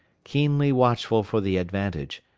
keenly watchful for the advantage,